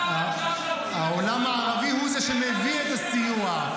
העולם הערבי הוא זה שמביא את הסיוע.